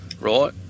right